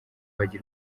bajya